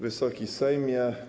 Wysoki Sejmie!